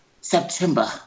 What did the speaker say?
September